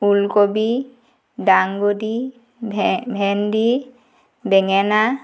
ওলকবি ডাংবদি ভে ভেণ্ডি বেঙেনা